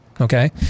okay